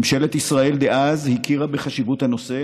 ממשלת ישראל דאז הכירה בחשיבות הנושא,